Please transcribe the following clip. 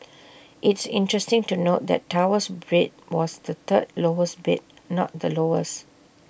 it's interesting to note that Tower's bid was the third lowest bid not the lowest